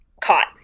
caught